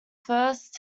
first